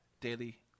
daily